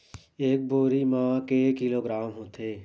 एक बोरी म के किलोग्राम होथे?